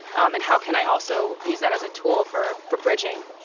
um and how can i also use that as a tool for for bridging,